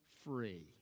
free